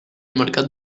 mercat